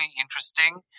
interesting